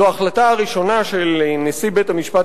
זו ההחלטה הראשונה של נשיא בית-המשפט